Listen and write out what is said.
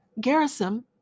Garrison